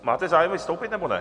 Máte zájem vystoupit, nebo ne?